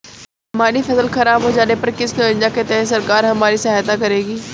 हमारी फसल खराब हो जाने पर किस योजना के तहत सरकार हमारी सहायता करेगी?